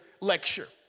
lecture